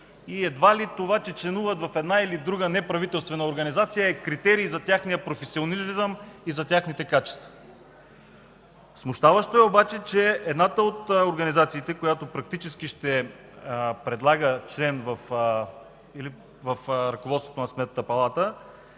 и едва ли това, че членуват в една или друга неправителствена организация, е критерий за техния професионализъм и за техните качества. Смущаващо е обаче, че едната от организациите, която практически ще предлага член в ръководството на Сметната палата,